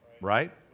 Right